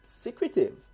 secretive